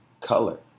color